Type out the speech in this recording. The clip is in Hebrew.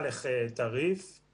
למנוע פגיעה גם בתחושת האיום של האנשים